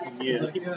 yes